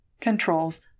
controls